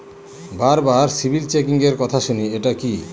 বারবার সিবিল চেকিংএর কথা শুনি এটা কি?